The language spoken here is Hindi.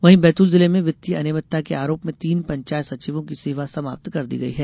वहीं बैतूल जिले में वित्तीय अनियमितता के आरोप में तीन पंचायत सचिवों की सेवा समाप्त कर दी गई है